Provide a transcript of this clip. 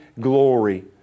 glory